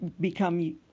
become